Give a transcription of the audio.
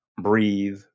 breathe